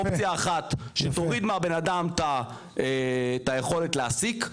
אופציה אחת שתוריד מהבן אדם את היכולת להעסיק,